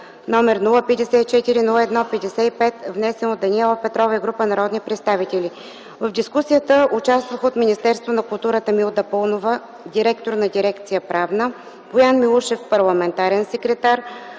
№ 054-01-55, внесен от Даниела Петрова и група народни представители. В дискусията участваха от Министерството на културата Милда Паунова – директор на дирекция „Правна”, Боян Милушев – парламентарен секретар,